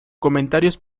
comentarios